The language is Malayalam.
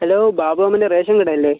ഹലോ ബാബു മാമൻ്റെ റേഷൻ കട അല്ലേ